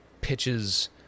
pitches